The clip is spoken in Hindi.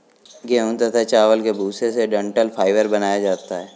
गेहूं तथा चावल के भूसे से डठंल फाइबर बनाया जाता है